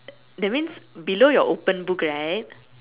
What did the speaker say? that means below your open book right